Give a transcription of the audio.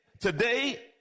today